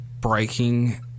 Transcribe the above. breaking